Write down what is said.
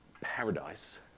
paradise